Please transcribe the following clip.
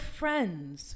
friends